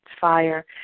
fire